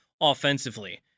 offensively